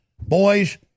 boys